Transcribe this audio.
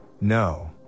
no